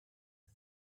and